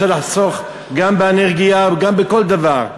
אפשר לחסוך גם באנרגיה וגם בכל דבר.